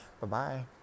Bye-bye